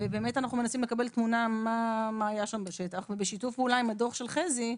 ואנחנו מנסים לקבל תמונה מה היה בשטח בשיתוף פעולה עם הדוח של חזי.